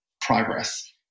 progress